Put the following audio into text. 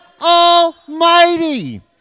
Almighty